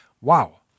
Wow